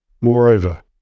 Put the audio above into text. Moreover